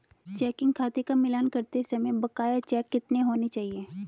Checking खाते का मिलान करते समय बकाया चेक कितने होने चाहिए?